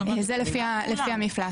זה לפי המפלס.